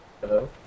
Hello